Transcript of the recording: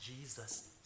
Jesus